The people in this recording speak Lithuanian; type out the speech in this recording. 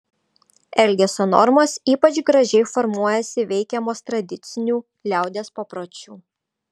elgesio normos ypač gražiai formuojasi veikiamos tradicinių liaudies papročių